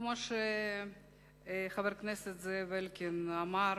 כמו שחבר הכנסת זאב אלקין אמר,